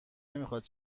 نمیخواد